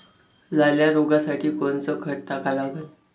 लाल्या रोगासाठी कोनचं खत टाका लागन?